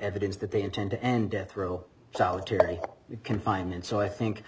evidence that they intend to end death row solitary confinement so i think